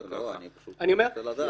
לא, אני פשוט רוצה לדעת.